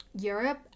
europe